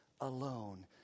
alone